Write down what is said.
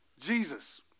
Jesus